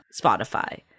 Spotify